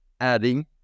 adding